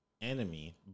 enemy